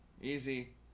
Easy